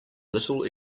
little